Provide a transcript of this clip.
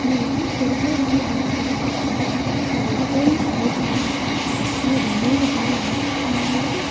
நீங்கள் இவ்வளோ பொறுப்பே இல்லாமல் வேலை செஞ்சிட்டுருக்கீங்க ஒரு டைம் ரெண்டு டைம்னா பரவாயில்லை ஆனால் இது மூணு டைம் அண்ணா நான் வந்துவிட்டு